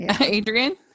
Adrian